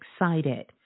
excited